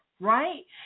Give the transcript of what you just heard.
right